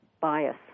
bias